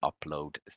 upload